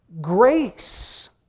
grace